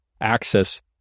access